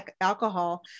alcohol